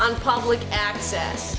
on public access